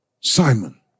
Simon